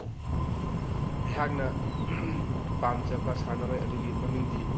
ꯑꯩꯍꯥꯛꯅ ꯄꯥꯝꯖꯕ ꯁꯥꯟꯅꯔꯣꯏ ꯑꯗꯨꯒꯤ ꯃꯃꯤꯡꯗꯤ